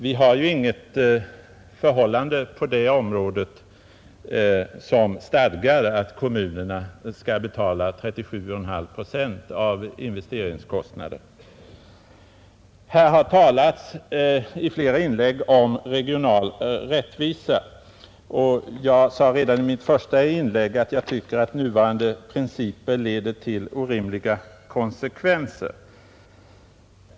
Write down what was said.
Vi har ju inget stadgande på det området som säger att kommunerna skall betala 37 1/2 procent av investeringskostnaderna. Här har i flera inlägg talats om regional rättvisa, och jag sade redan i mitt första inlägg att jag tycker att nuvarande principer leder till orimliga konsekvenser.